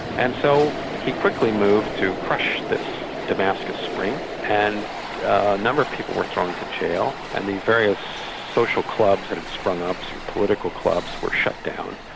and so he quickly moved to crush this damascus spring, and a number of people were thrown into jail and the various social clubs that had sprung up, political clubs, were shut down.